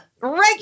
regular